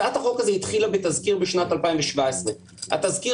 הצעת החוק הזו התחילה בתזכיר בשנת 2017. התזכיר